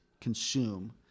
consume